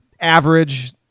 average